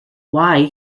why